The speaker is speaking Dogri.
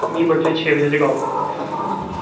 मिगी बडलै छे बजे जगाओ